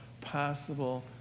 possible